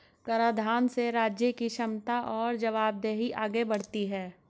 कराधान से राज्य की क्षमता और जवाबदेही आगे बढ़ती है